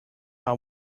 how